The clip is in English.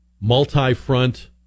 multi-front